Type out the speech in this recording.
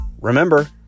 Remember